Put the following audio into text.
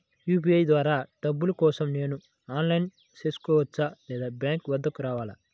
UPI ద్వారా డబ్బులు కోసం నేను ఆన్లైన్లో చేసుకోవచ్చా? లేదా బ్యాంక్ వద్దకు రావాలా?